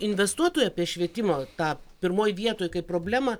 investuotojai apie švietimo tą pirmoj vietoj kaip problemą